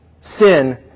sin